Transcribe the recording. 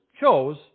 chose